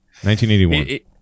1981